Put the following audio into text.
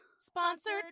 sponsored